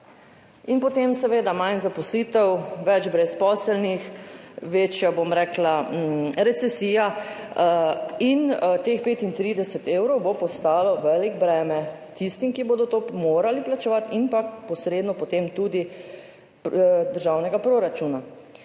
In potem seveda manj zaposlitev, več brezposelnih, večja, bom rekla, recesija in teh 35 evrov bo postalo veliko breme tistim, ki bodo to morali plačevati, in posredno potem tudi državnemu proračunu.